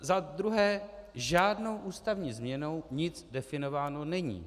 Za druhé, žádnou ústavní změnou nic definováno není.